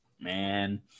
Man